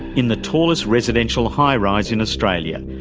in the tallest residential high-rise in australia,